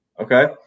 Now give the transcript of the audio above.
Okay